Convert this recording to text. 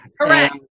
correct